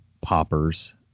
poppers